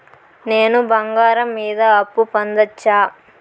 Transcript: నేను బంగారం మీద అప్పు పొందొచ్చా?